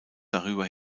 darüber